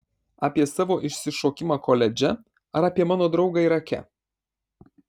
apie savo išsišokimą koledže ar apie mano draugą irake